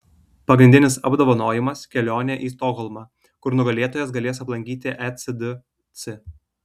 pagrindinis apdovanojimas kelionė į stokholmą kur nugalėtojas galės aplankyti ecdc